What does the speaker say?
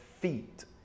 feet